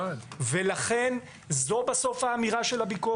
לכן זו בסוף האמירה של הביקורת.